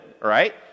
right